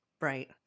Right